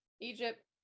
Egypt